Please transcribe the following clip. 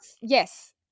yes